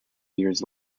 years